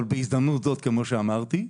אבל, בהזדמנות זו כמו שאמרתי,